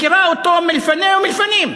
מכירה אותו לפני ולפנים,